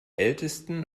ältesten